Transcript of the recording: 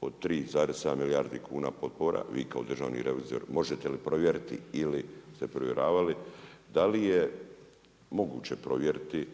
od 3,7 milijarda kuna potpora, vi kao državni revizor možete li provjeriti ili ste provjeravali, da li je moguće provjeriti